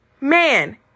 man